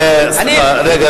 רגע,